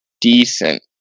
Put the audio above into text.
decent